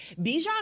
Bijan